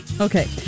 Okay